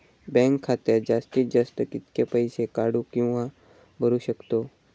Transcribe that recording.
Bank खात्यात जास्तीत जास्त कितके पैसे काढू किव्हा भरू शकतो?